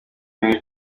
munich